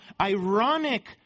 ironic